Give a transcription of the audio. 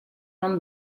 non